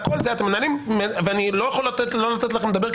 ואני לא יכול לא לתת לכם לדבר,